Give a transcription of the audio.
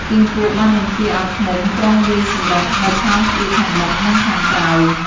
គីង្គក់បានបញ្ជាឲ្យ ឃ្មុំប្រុងវាយសម្រុក នៅខ្លោងទ្វារខាងមុខ និងខាងក្រោយ។